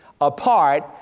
apart